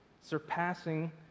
surpassing